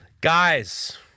guys